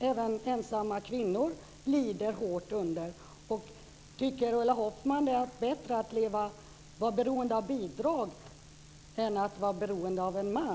Även ensamma kvinnor lider hårt under den. Tycker Ulla Hoffmann att det är bättre att vara beroende av bidrag än att vara beroende av en man?